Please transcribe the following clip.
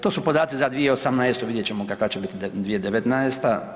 To su podaci za 2018., vidjet ćemo kakva će biti 2019.